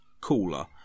cooler